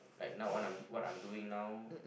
like now on I'm what I'm doing now